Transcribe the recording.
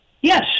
Yes